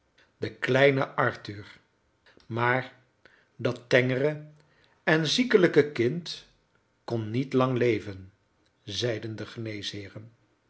de kleine arthur maar dat tengere en ziekelijke kind kon niet lang leven zeiden de